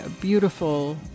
beautiful